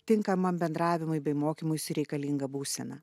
tinkamą bendravimui bei mokymuisi reikalingą būseną